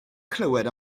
clywed